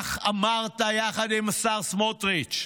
כך אמרת, יחד עם השר סמוטריץ',